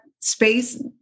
space